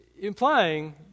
implying